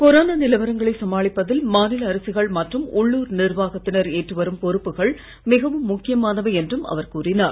corona நிலவரங்களை சமாளிப்பதில் மாநில அரசுகள் மற்றும் உள்ளுர் நிர்வாகத்தினர் ஏற்று வரும் பொறுப்புகள் மிகவும் முக்கியமானவை என்றும் அவர் கூறினார்